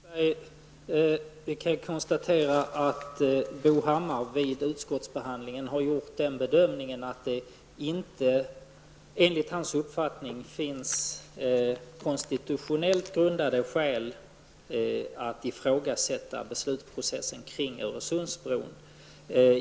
Herr talman! Jag kan konstatera att Bo Hammar vid utskottsbehandlingen gjort den bedömningen att det enligt hans uppfattning inte finns konstitutionellt grundade skäl att ifrågasätta beslutsprocessen kring Öresundsbron.